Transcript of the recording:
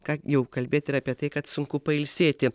ką jau kalbėt ir apie tai kad sunku pailsėti